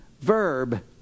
verb